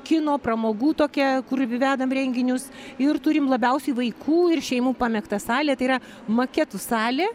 kino pramogų tokią kur vi vedam renginius ir turim labiausiai vaikų ir šeimų pamėgtą salę tai yra maketų salė